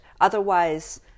Otherwise